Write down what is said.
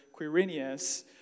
Quirinius